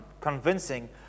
convincing